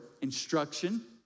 instruction